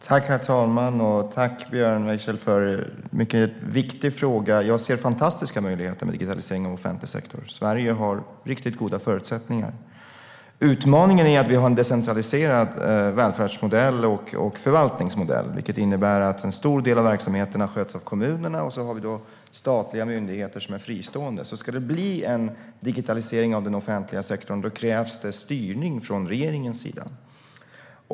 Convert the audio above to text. Herr talman! Tack, Björn Wiechel, för en mycket viktig fråga! Jag ser fantastiska möjligheter med digitaliseringen av offentlig sektor. Sverige har riktigt goda förutsättningar. Utmaningen är att vi har en decentraliserad välfärdsmodell och förvaltningsmodell, vilket innebär att en stor del av verksamheterna sköts av kommunerna, och så har vi statliga myndigheter som är fristående. Ska det bli en digitalisering av den offentliga sektorn krävs det styrning från regeringens sida.